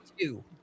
two